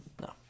No